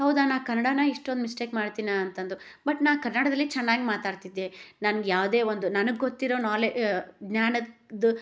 ಹೌದಾ ನಾ ಕನ್ನಡಾನ ಇಷ್ಟೊಂದು ಮಿಸ್ಟೇಕ್ ಮಾಡ್ತೀನಾ ಅಂತಂದು ಬಟ್ ನಾ ಕನ್ನಡದಲ್ಲಿ ಚೆನ್ನಾಗಿ ಮಾತಾಡ್ತಿದ್ದೆ ನನ್ಗೆ ಯಾವುದೇ ಒಂದು ನನಗೆ ಗೊತ್ತಿರೋ ನಾಲೆ ಜ್ಞಾನದ್ದು